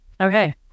Okay